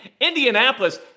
Indianapolis